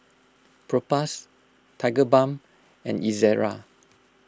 Propass Tigerbalm and Ezerra